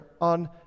on